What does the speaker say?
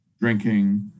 drinking